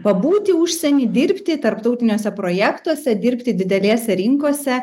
pabūti užsieny dirbti tarptautiniuose projektuose dirbti didelėse rinkose